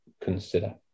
consider